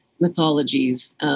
mythologies